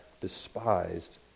despised